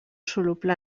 soluble